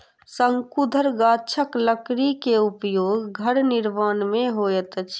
शंकुधर गाछक लकड़ी के उपयोग घर निर्माण में होइत अछि